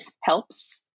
helps